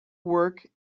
work